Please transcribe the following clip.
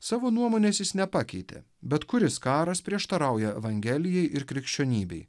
savo nuomonės jis nepakeitė bet kuris karas prieštarauja evangelijai ir krikščionybei